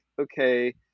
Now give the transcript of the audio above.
okay –